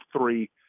three